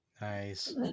nice